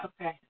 Okay